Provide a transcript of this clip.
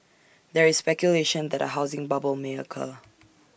there is speculation that A housing bubble may occur